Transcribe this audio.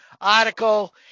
article